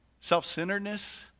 Self-centeredness